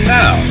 now